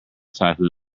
typhoon